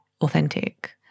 authentic